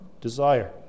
desire